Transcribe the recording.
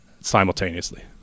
simultaneously